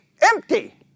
empty